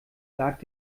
lag